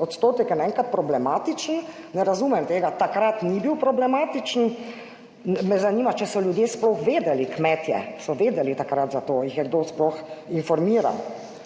odstotek je na enkrat problematičen, ne razumem tega. Takrat ni bil problematičen. Me zanima, če so ljudje sploh vedeli, kmetje so vedeli takrat za to? Jih je kdo sploh informiral?